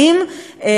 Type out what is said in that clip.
והדבר הבא,